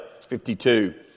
52